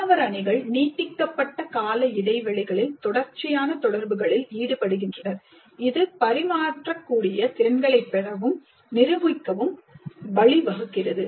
மாணவர் அணிகள் நீட்டிக்கப்பட்ட கால இடைவெளிகளில் தொடர்ச்சியான தொடர்புகளில் ஈடுபடுகின்றனர் இது பரிமாற்றக்கூடிய திறன்களைப் பெறவும் நிரூபிக்கவும் வழிவகுக்கிறது